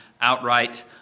outright